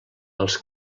els